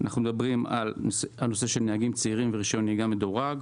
דבר נוסף, נהגים צעירים ורישיון נהיגה מדורג,